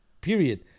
period